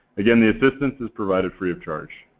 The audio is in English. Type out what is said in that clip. again, the assistance is provided free of charge.